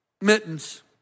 mittens